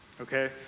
okay